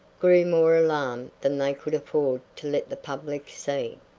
grew more alarmed than they could afford to let the public see.